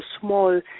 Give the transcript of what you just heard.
small